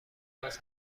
باز